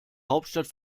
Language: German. hauptstadt